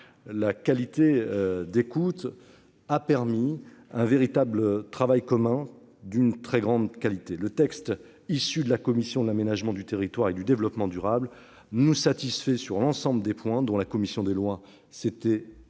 les qualités d'écoute ont permis un véritable travail commun de grande qualité. Le texte issu de la commission de l'aménagement du territoire et du développement durable nous satisfait sur l'ensemble des points dont la commission des lois s'était saisie